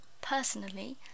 Personally